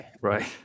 right